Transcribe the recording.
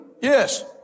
Yes